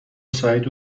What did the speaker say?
سعید